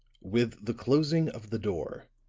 with the closing of the door,